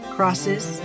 Crosses